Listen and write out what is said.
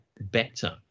better